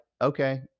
okay